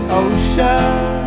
ocean